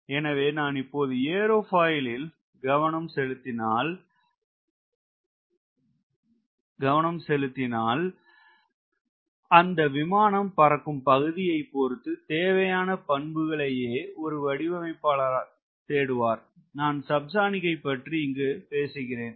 எனவே நான் இப்போது ஏரோபாயிலில் கவனம் செலுத்தினால் அந்த விமானம் பறக்கும் பகுதியை பொறுத்து தேவையான பண்புகளையே ஒரு வடிவமைப்பாளர் தேடுவார் நான் சப்சானிக் ஐ பற்றி பேசுகிறேன்